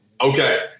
Okay